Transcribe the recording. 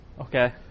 Okay